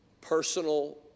personal